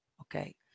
Okay